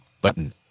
button